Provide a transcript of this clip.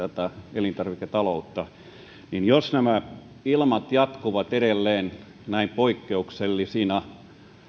elintarviketaloutta niin jos nämä ilmat jatkuvat edelleen näin poikkeuksellisina